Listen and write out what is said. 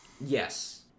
yes